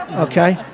okay,